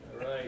right